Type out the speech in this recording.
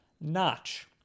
Notch